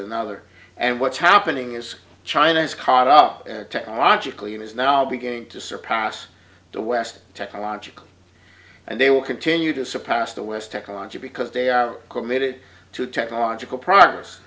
another and what's happening is china is caught up technologically and is now beginning to surpass the west technologically and they will continue to suppress the west technology because they are committed to technological progress